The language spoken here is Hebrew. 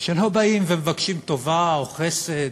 שלא באים ומבקשים טובה או חסד,